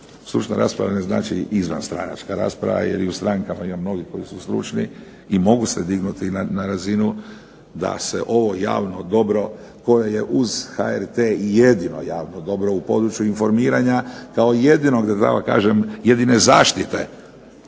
Stručna rasprava ne znači izvanstranačka rasprava, jer u strankama ima mnogi koji su stručni i mogu se dignuti na razinu da se ovo javno dobro koje je uz HRT i jedino javno dobro u području informiranja, kao jedine zaštite